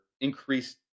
increased